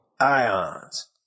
Ions